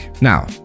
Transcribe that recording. now